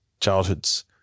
childhoods